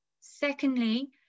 Secondly